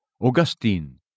Augustine